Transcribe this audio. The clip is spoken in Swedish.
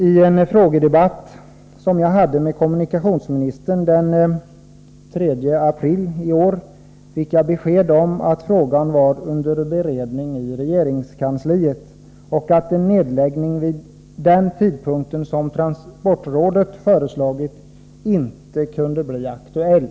I en frågedebatt som jag hade med kommunikationsministern den 3 april i år fick jag besked om att frågan var under beredning i regeringskansliet och att en nedläggning vid den tidpunkt som transportrådet föreslagit inte kunde bli aktuell.